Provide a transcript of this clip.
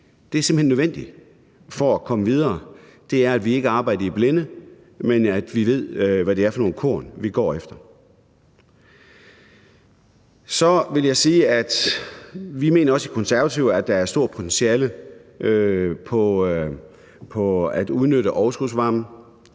det er simpelt hen nødvendigt for at komme videre, at vi ikke arbejder i blinde, men at vi ved, hvad det er for nogle korn, vi går efter. Så vil jeg sige, at vi i Konservative også mener, at der er stort potentiale i at udnytte overskudsvarmen.